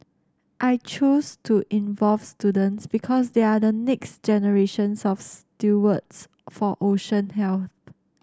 I choose to involve students because they are the next generations of stewards for ocean health